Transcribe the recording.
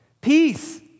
Peace